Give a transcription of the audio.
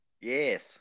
Yes